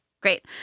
Great